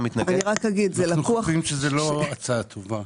אנחנו חושבים שזו לא הצעה טובה.